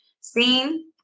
seen